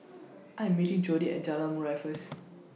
I Am meeting Jodi At Jalan Murai First